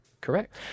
Correct